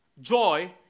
Joy